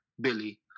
Billy